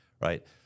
right